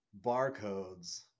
barcodes